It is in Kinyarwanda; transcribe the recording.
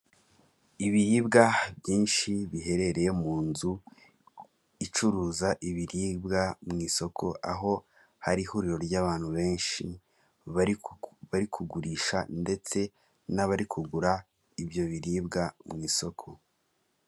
Ibiribwa byinshi biherereye mu nzu icuruza ibiribwa mu isoko, aho hari ihuriro ry'abantu benshi bari bari kugurisha ndetse n'abari kugura ibyo biribwa mu isoko.